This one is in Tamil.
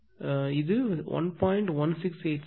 டிகிரி இது 1